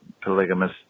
polygamous